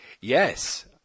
Yes